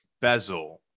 bezel